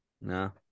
No